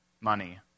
Money